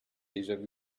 déjà